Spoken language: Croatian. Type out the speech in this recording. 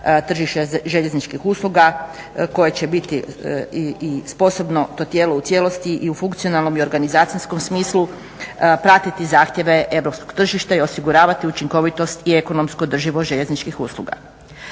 tržišta željezničkih usluga koje će biti i sposobno to tijelo u cijelosti i funkcionalnom i organizacijskom smislu pratiti zahtjeve europskog tržišta i osiguravati učinkovitost i ekonomsku održivost željezničkih usluga.